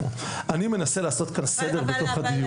אבל אני מנסה לעשות כאן סדר בתוך הדיון,